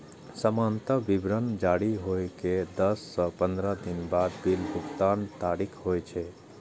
सामान्यतः विवरण जारी होइ के दस सं पंद्रह दिन बाद बिल भुगतानक तारीख होइ छै